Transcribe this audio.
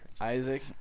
Isaac